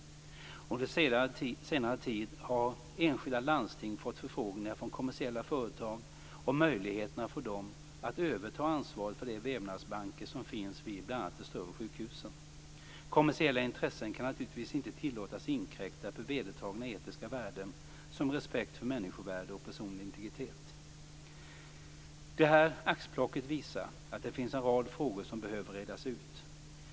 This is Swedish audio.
Under senare tid har enskilda landsting fått förfrågningar från kommersiella företag om möjligheterna för dem att överta ansvaret för de vävnadsbanker som finns vid bl.a. de större sjukhusen. Kommersiella intressen kan naturligtvis inte tillåtas inkräkta på vedertagna etiska värden, som respekt för människovärde och personlig integritet. Det här axplocket visar att det finns en rad frågor som behöver redas ut.